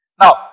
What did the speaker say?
Now